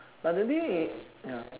but the thing is ya